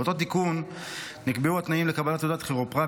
באותו תיקון נקבעו התנאים לקבלת תעודת כירופרקט,